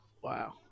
Wow